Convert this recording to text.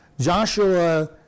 Joshua